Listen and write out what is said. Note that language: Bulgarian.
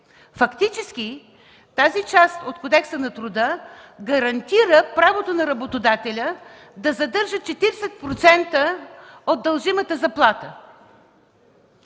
Фактически тази част от Кодекса на труда гарантира правото на работодателя да задържа 40% от дължимата заплата.